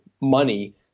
money